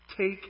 Take